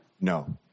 No